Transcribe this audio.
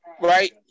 Right